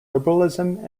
liberalism